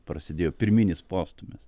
prasidėjo pirminis postūmis